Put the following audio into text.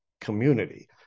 community